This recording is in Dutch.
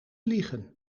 liegen